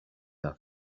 their